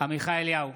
עמיחי אליהו,